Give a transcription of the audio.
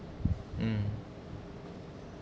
mm